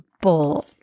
bowl